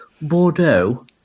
Bordeaux